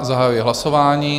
Zahajuji hlasování.